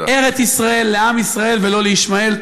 ארץ-ישראל לעם ישראל ולא לישמעאל.